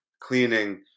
cleaning